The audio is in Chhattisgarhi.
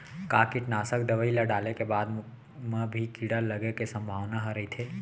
का कीटनाशक दवई ल डाले के बाद म भी कीड़ा लगे के संभावना ह रइथे?